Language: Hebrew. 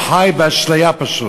הוא חי באשליה פשוט.